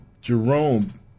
Jerome